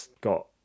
got